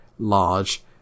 large